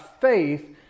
faith